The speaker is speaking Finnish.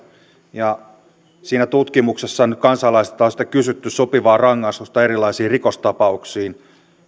ja siinä tutkimuksessa kansalaisilta on kysytty sopivaa rangaistusta erilaisiin rikostapauksiin